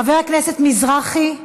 חבר הכנסת מזרחי,